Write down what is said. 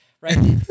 Right